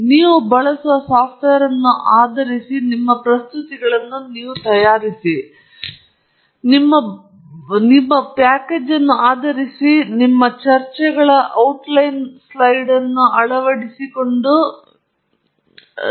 ಮತ್ತು ನೀವು ಬಳಸುವ ಸಾಫ್ಟ್ವೇರ್ ಅನ್ನು ಆಧರಿಸಿ ನಿಮ್ಮ ಪ್ರಸ್ತುತಿಗಳನ್ನು ತಯಾರಿಸಲು ನೀವು ಬಳಸುವ ಪ್ಯಾಕೇಜ್ ಅನ್ನು ಆಧರಿಸಿ ನೀವು ನಿಮ್ಮ ಇತರ ಚರ್ಚೆಗಳೊಂದಿಗೆ ನಿಮ್ಮ ಔಟ್ಲೈನ್ ಸ್ಲೈಡ್ನಲ್ಲಿ ಅಳವಡಿಸಿಕೊಳ್ಳಬಹುದಾದ ಅಥವಾ ಹಾಕಬಹುದಾದ ವಿಭಿನ್ನ ಮಾರ್ಗಗಳಿವೆ